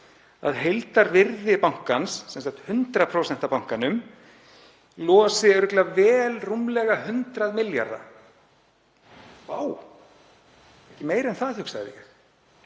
að heildarvirði bankans, sem sagt 100% af bankanum, losi örugglega vel rúmlega 100 milljarða. Vá, ekki meira en það, hugsaði